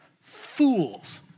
fools